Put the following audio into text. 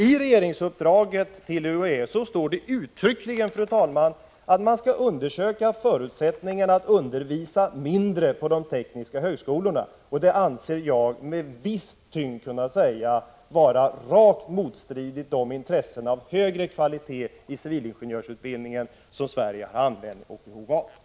I regeringsuppdraget till UHÄ står det uttryckligen, fru talman, att man skall undersöka förutsättningarna att undervisa mindre på de tekniska högskolorna. Det anser jag mig, med viss tyngd, kunna säga är rakt motstridigt de intressen för högre kvalitet i civilingenjörsutbildningen som Sverige har användning och behov av.